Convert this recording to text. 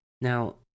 Now